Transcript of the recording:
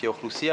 לפי האוכלוסייה,